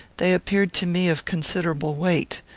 they appeared to me of considerable weight.